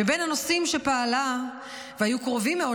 בין הנושאים שפעלה בהם והיו קרובים מאוד